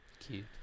cute